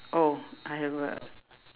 oh I have a